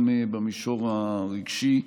גם במישור הרגשי,